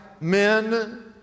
men